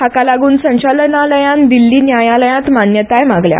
हाका लागून संचाललनालयान दिल्ली न्यायालयांत मान्यताय मागल्या